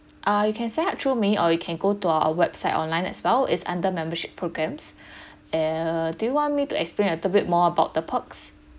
uh you can set up through me or you can go to our website online as well it's under membership programs uh do you want me to explain a little bit more about the perks